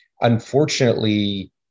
Unfortunately